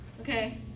Okay